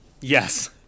Yes